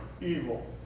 evil